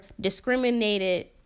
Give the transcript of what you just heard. discriminated